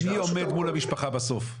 מי עומד מול המשפחה בסוף?